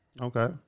Okay